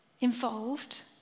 involved